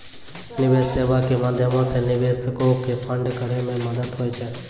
निवेश सेबा के माध्यमो से निवेशको के फंड करै मे मदत होय छै